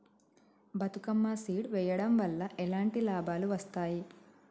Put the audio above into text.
Bathukamma seed వెయ్యడం వల్ల ఎలాంటి లాభాలు వస్తాయి?